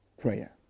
prayer